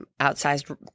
outsized